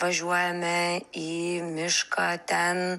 važiuojame į mišką ten